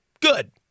good